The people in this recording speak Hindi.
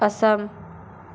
असम